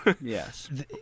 Yes